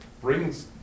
brings